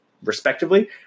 Respectively